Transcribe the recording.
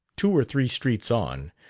two or three streets on,